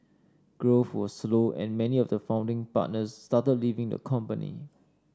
growth was slow and many of the founding partners started leaving the company